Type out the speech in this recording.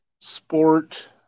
sport